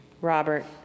Robert